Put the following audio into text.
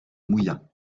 mouilla